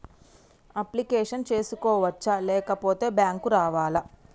Application చేసుకోవచ్చా లేకపోతే bank రావాలా?